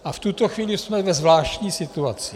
A v tuto chvíli jsme ve zvláštní situaci.